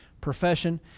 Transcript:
profession